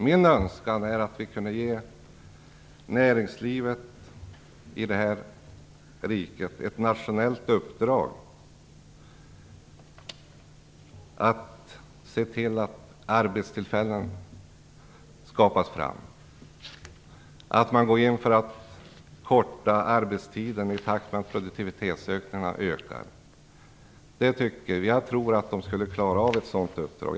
Min önskan är att vi ger näringslivet i det här riket ett nationellt uppdrag att skapa arbetstillfällen och att gå in för att förkorta arbetstiden i takt med produktivitetsökningarna. Jag tror att näringslivet skulle klara av ett sådant uppdrag.